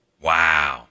Wow